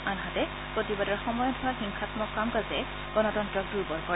আনহাতে প্ৰতিবাদৰ সময়ত হোৱা হিংসামক কাম কাজে গণতন্ত্ৰক দূৰ্বল কৰে